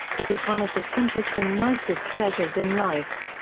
it is one of the simplest and nicest pleasures in life.